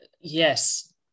Yes